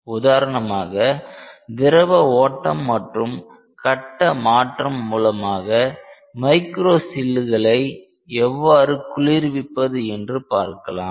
உதாரணமாக திரவ ஓட்டம் மற்றும் கட்ட மாற்றம் மூலமாக மைக்ரோ சில்லுகளை எவ்வாறு குளிர்விப்பது என்று பார்க்கலாம்